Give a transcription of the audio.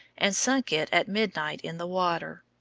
and sunk it at midnight in the water.